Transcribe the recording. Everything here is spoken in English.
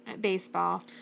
Baseball